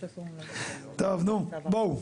טוב נו, בואו.